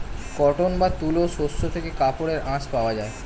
cotton বা তুলো শস্য থেকে কাপড়ের আঁশ পাওয়া যায়